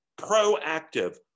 proactive